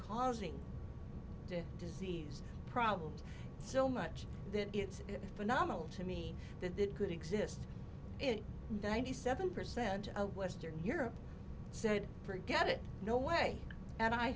causing this disease problem so much that it's phenomenal to me that it could exist in ninety seven percent of western europe said forget it no way and i